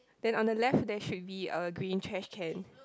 then on the left there should be a green trash can